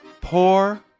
poor